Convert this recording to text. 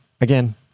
Again